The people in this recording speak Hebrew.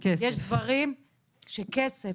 יש דברים שהם כסף.